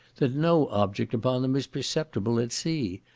that no object upon them is perceptible at sea,